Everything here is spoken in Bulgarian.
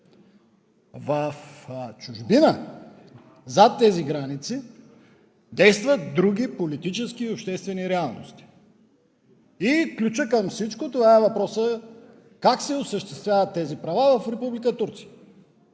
В чужбина зад тези граници действат други политически и обществени реалности и ключът към всичко това е въпросът: как се осъществяват тези права в Република